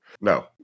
No